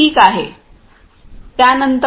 ठीक आहे त्यानंतर